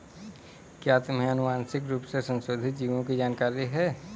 क्या तुम्हें आनुवंशिक रूप से संशोधित जीवों की जानकारी है?